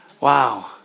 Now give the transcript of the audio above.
Wow